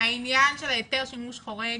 עניין היתר שימוש חורג